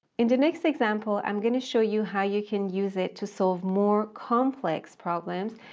in the next example, i'm going to show you how you can use it to solve more complex problems,